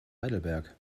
heidelberg